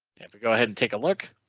and but go ahead and take a look.